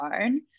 own